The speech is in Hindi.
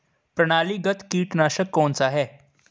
प्रणालीगत कीटनाशक कौन सा है?